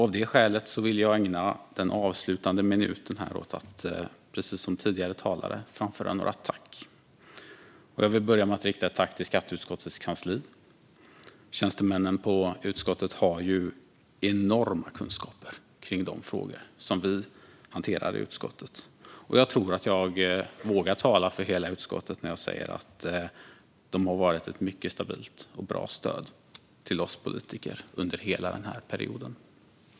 Av det skälet vill jag ägna den avslutande minuten här åt att, precis som tidigare talare, framföra några tack. Jag vill börja med att rikta ett tack till skatteutskottets kansli. Tjänstemännen på utskottet har enorma kunskaper i de frågor som vi hanterar i utskottet, och jag tror jag vågar tala för hela utskottet när jag säger att de har varit ett mycket stabilt och bra stöd till oss politiker under hela perioden.